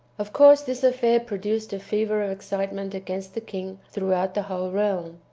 of course this affair produced a fever of excitement against the king throughout the whole realm.